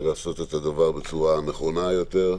ולעשות את הדבר בצורה נכונה יותר.